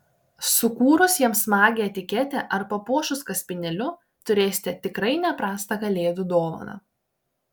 sukūrus jam smagią etiketę ar papuošus kaspinėliu turėsite tikrai ne prastą kalėdų dovaną